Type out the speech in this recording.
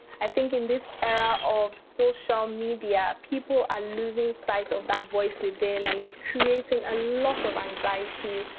i think in this era of social media, people are losing sight of that voice within. and it's creating a lot of anxiety,